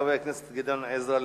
של חבר הכנסת גדעון עזרא,